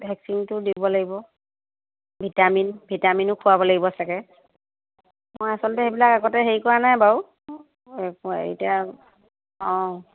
ভেকচিনটো দিব লাগিব ভিটামিন ভিটামিনো খোৱাব লাগিব চাগে মই আচলতে সেইবিলাক আগতে হেৰি কৰা নাই বাৰু এতিয়া অঁ